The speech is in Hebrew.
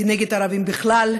כנגד ערבים בכלל,